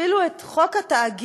אפילו את חוק התאגיד,